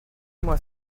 moi